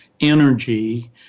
energy